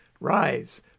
Rise